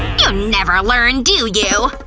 you never learn, do you?